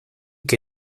que